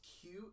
cute